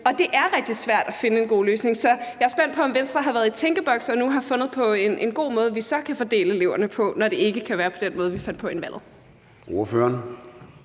Og det er rigtig svært at finde en god løsning, så jeg er spændt på, om Venstre har været i tænkeboks og nu har fundet en god måde, vi så kan fordele eleverne på, når det ikke kan være på den måde, vi fandt inden valget